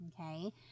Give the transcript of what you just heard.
okay